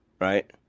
Right